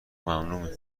ممنوع